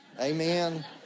Amen